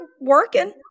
working